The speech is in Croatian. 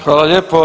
Hvala lijepo.